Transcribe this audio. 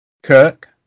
Kirk